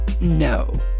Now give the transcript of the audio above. no